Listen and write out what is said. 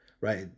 right